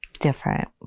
different